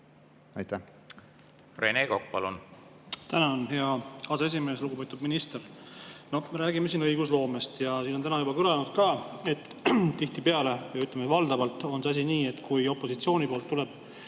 palun! Rene Kokk, palun! Tänan, hea aseesimees! Lugupeetud minister! Me räägime siin õigusloomest ja siin on täna juba kõlanud ka, et tihtipeale, ütleme, valdavalt on see asi nii, et kui opositsiooni poolt tuleb